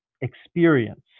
experience